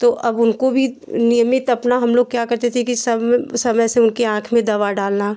तो अब उनको भी नियमित अपना हमलोग क्या करते थे कि सम समय से उनकी आँख में दवा डालना